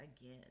again